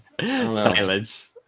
silence